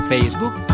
Facebook